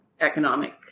economic